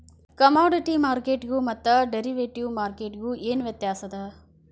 Commodity ಮಾರ್ಕೆಟ್ಗು ಮತ್ತ derivative ಮಾರ್ಕೆಟ್ಗು ಏನ್ ವ್ಯತ್ಯಾಸದ?